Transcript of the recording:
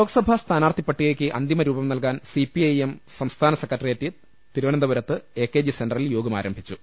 ലോക്സഭാ സ്ഥാനാർത്ഥിപട്ടികയ്ക്ക് അന്തിമരൂപം നൽകാൻ സി പി ഐ എം സംസ്ഥാനസെക്രട്ടേറിയറ്റ് തിരു വനന്തപുരത്ത് എ കെ ജി സെന്ററിൽ യോഗം ആരംഭിച്ചു